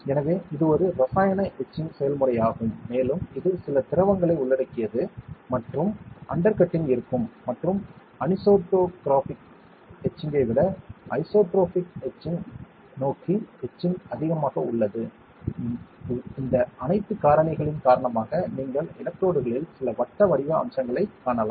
எனவே இது ஒரு இரசாயன எட்சிங் செயல்முறையாகும் மேலும் இது சில திரவங்களை உள்ளடக்கியது மற்றும் அண்டர்கட்டிங் இருக்கும் மற்றும் அனிசோட்ரோபிக் எட்சிங் ஐ விட ஐசோட்ரோபிக் எட்சிங் நோக்கி எட்சிங் அதிகமாக உள்ளது இந்த அனைத்து காரணிகளின் காரணமாக நீங்கள் எலக்ட்ரோடுகளில் சில வட்ட அம்சங்களைக் காணலாம்